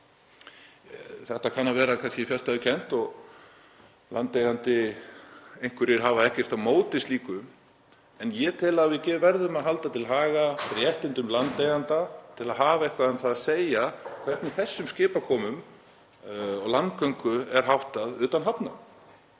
Þetta kann að vera fjarstæðukennt og einhverjir landeigendur hafa ekkert á móti slíku, en ég tel að við verðum að halda til haga réttindum landeigenda til að hafa eitthvað um það að segja hvernig þessum skipakomum og landgöngu er háttað utan hafna.